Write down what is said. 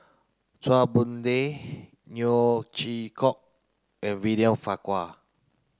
Chua Boon Lay Neo Chwee Kok and William Farquhar